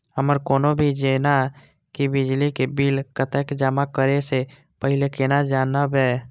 हमर कोनो भी जेना की बिजली के बिल कतैक जमा करे से पहीले केना जानबै?